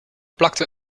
plakte